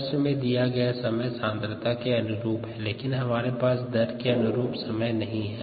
प्रश्न में दिया गया समय सांद्रता के अनुरूप है लेकिन हमारे पास दर के अनुरूप समय नहीं है